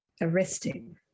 arresting